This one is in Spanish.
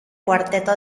cuarteto